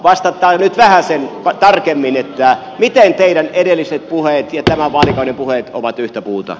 vastatkaa nyt vähäsen tarkemmin miten teidän edelliset puheenne ja tämän vaalikauden puheenne ovat yhtä puuta